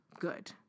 good